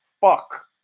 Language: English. fuck